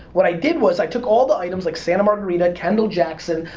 what i did was, i took all the items like santa margherita, kendall-jackson,